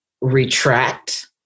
retract